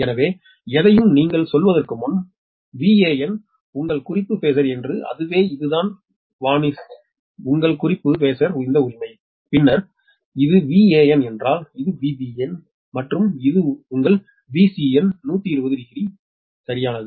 எனவே எதையும் நீங்கள் சொல்வதற்கு முன் வான் உங்கள் குறிப்பு பேஸர் என்று அதுவே இதுதான் வனிஸ் உங்கள் குறிப்பு பேஸர் இந்த உரிமை பின்னர் இது வான் என்றால் இது Vbn மற்றும் இது நீங்கள் Vcn1200 கட்டம் சரியானது